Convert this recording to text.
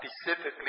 specifically